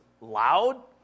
loud